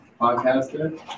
podcaster